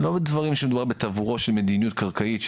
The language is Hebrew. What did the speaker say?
לא דברים שמדובר בטבורו של מדיניות קרקעית.